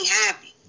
happy